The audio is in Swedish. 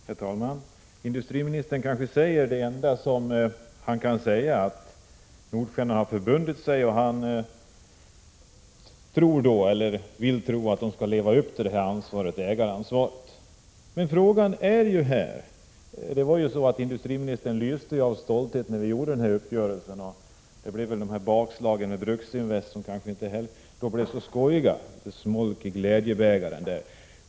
Herr talman! Industriministern säger det kanske enda han kan säga, nämligen att Nordstjernan har förbundit sig att leva upp till sitt ägaransvar och att han vill tro att företaget skall göra det. Industriministern lyste ju av stolthet när uppgörelsen träffades, men sedan kom bakslagen med Bruksinvest, vilka inte var så skojiga, som smolk i glädjebägaren.